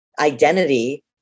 identity